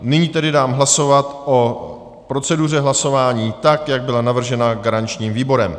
Nyní tedy dám hlasovat o proceduře hlasování, tak jak byla navržena garančním výborem.